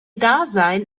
dasein